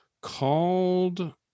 called